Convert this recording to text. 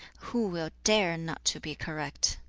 who will dare not to be correct